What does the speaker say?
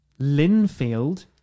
Linfield